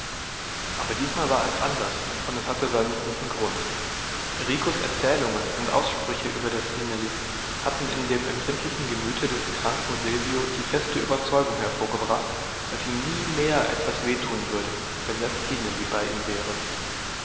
aber diesmal war es anders und es hatte seinen guten grund ricos erzählungen und aussprüche über das stineli hatten in dem empfindlichen gemüte des kranken silvio die feste überzeugung hervorgebracht daß ihm nie mehr etwas weh tun würde wenn das stineli bei ihm wäre